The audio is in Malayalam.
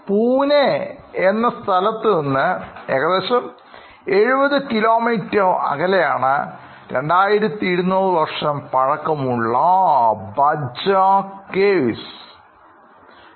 Pune എന്ന സ്ഥലത്തു നിന്ന് ഏകദേശം70 കിലോമീറ്റർ അകലെയാണ് 2200 വർഷംപഴക്കമുള്ളഭജഗുഹകൾ